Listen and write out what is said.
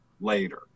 later